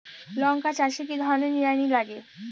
লঙ্কা চাষে কি ধরনের নিড়ানি লাগে?